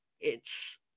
it's-